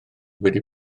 wedi